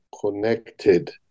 connected